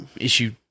issue